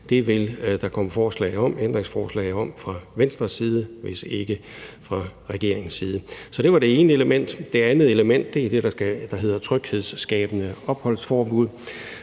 Det vil der komme et ændringsforslag om fra Venstres side, hvis det ikke kommer fra regeringens side. Det er det ene element. Det andet element er det, der drejer sig om et tryghedsskabende opholdsforbud